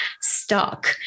stuck